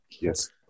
Yes